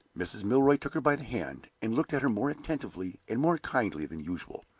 mrs. milroy took her by the hand, and looked at her more attentively and more kindly than usual.